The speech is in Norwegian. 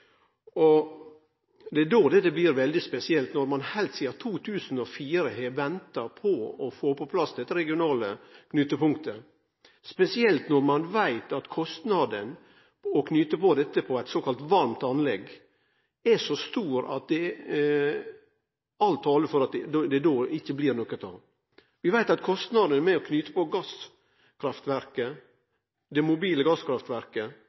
Då blir det veldig spesielt når ein heilt sidan 2004 har venta på å få på plass dette regionale knutepunktet, spesielt når ein veit at kostnaden ved å knyte dette på eit såkalla varmt anlegg er så stor at alt taler for at dette ikkje blir noko av. Vi veit at kostnaden ved å knyte på det mobile gasskraftverket